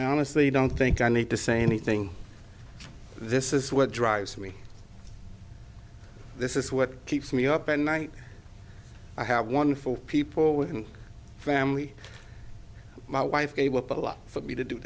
honestly don't think i need to say anything this is what drives me this is what keeps me up at night i have wonderful people with family my wife for me to do